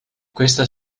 questa